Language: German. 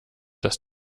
dass